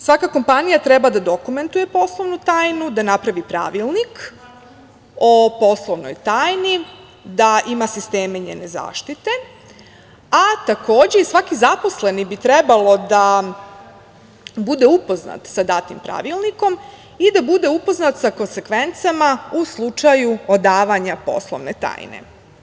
Svaka kompanija treba da dokumentuje poslovnu tajnu, da napravi pravilnik o poslovnoj tajni, da ima sisteme njene zaštite, a takođe i svaki zaposleni bi trebalo da bude upoznat sa datim pravilnikom i da bude upoznat sa konsekvencama u slučaju odavanja poslovne tajne.